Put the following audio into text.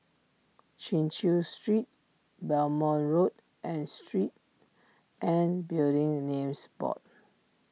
Chin Chew Street Belmont Road and Street and Building the Names Board